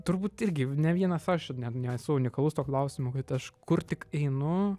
turbūt irgi ne vienas aš ne nesu unikalus tuo klausimu kad aš kur tik einu